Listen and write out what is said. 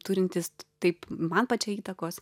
turintis taip man pačiai įtakos